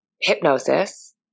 hypnosis